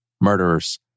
murderers